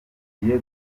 ngiye